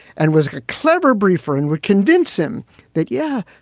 and was a clever briefer and would convince him that, yeah.